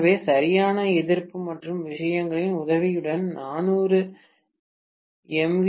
எனவே சரியான எதிர்ப்பு மற்றும் விஷயங்களின் உதவியுடன் 400 எம்